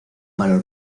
valor